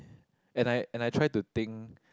and I and I try to think